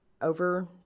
over